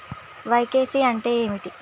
KYC అంటే ఏమిటి?